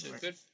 Good